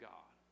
God